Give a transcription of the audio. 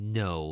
no